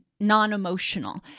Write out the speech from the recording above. non-emotional